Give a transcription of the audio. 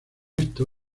esto